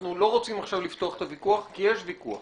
אנחנו לא רוצים עכשיו לפתוח את הוויכוח כי יש ויכוח.